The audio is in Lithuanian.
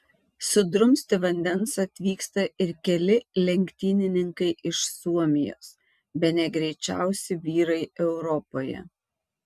sudrumsti vandens atvyksta ir keli lenktynininkai iš suomijos bene greičiausi vyrai europoje